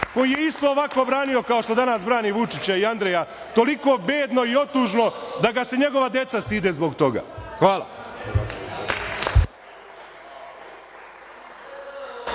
koji je isto tako branio kao što danas brani Vučića i Andreja. Toliko bedno i otužno da ga se njegova deca stide zbog toga. Hvala.